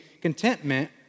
contentment